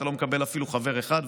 אתה לא מקבל אפילו חבר אחד,